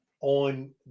on